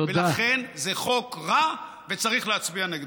לכן, זה חוק רע, וצריך להצביע נגדו.